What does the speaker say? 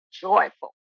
joyful